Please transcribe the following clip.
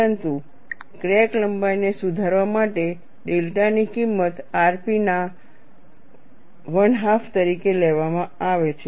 પરંતુ ક્રેક લંબાઈને સુધારવા માટે ડેલ્ટા ની કિંમત rp ના 1 અડધા તરીકે લેવામાં આવે છે